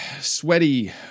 Sweaty